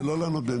לא לענות במקומו.